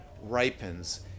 ripens